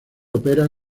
opera